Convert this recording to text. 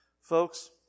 Folks